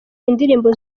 indirimbo